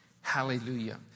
Hallelujah